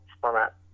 format